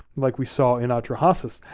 like we saw in atrahasis,